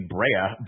Brea